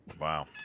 Wow